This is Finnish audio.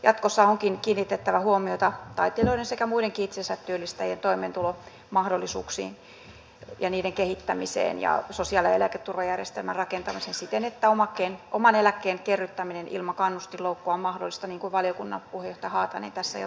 jatkossa onkin kiinnitettävä huomiota taiteilijoiden sekä muidenkin itsensä työllistävien toimeentulomahdollisuuksiin ja niiden kehittämiseen ja sosiaali ja eläketurvajärjestelmän rakentamiseen siten että oman eläkkeen kerryttäminen ilman kannustinloukkua on mahdollista niin kuin valiokunnan puheenjohtaja haatainen tässä jo totesikin